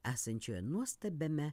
esančioje nuostabiame